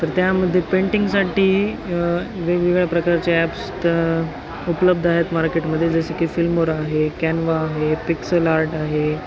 तर त्यामध्ये पेंटिंगसाठी वेगवेगळ्या प्रकारचे ॲप्स तर उपलब्ध आहेत मार्केटमध्ये जसे की फिल्मोर आहे कॅनवा आहे पिक्सल आर्ट आहे